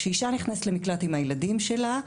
כשאישה נכנסת למקלט עם הילדים שלה,